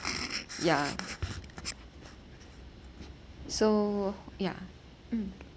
ya so ya hmm